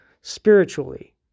spiritually